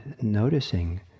noticing